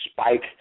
spike